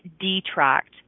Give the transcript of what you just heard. detract